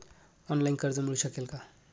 Online कर्ज मिळू शकेल का?